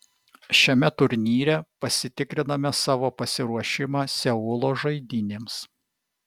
šiame turnyre pasitikriname savo pasiruošimą seulo žaidynėms